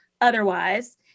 otherwise